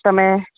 તમે